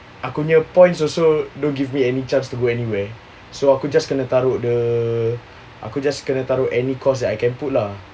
aku nya points also don't give me any chance to go anywhere so aku just kena taruk the aku just kena taruk any course that I can put lah